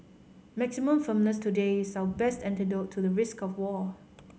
maximum firmness today is our best antidote to the risk of war